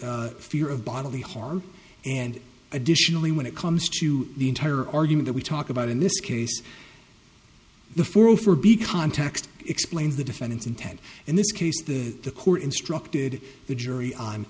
fear of bodily harm and additionally when it comes to the entire argument we talk about in this case the for a for b context explains the defendant's intent in this case the the court instructed the jury